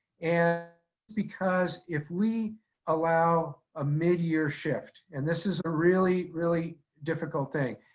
and because if we allow a mid year shift, and this is a really, really difficult thing.